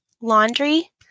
laundry